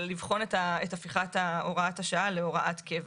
לבחון את הפיכת הוראת השעה להוראת קבע.